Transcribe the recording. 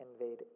invade